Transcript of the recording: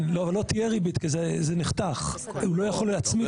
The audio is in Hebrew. לא תהיה ריבית כי זה נחתך הוא לא יכול להצמיד את זה.